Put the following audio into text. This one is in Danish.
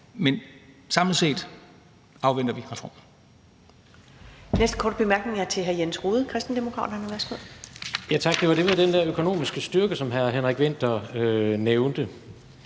men samlet set afventer vi